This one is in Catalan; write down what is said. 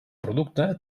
producte